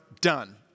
Done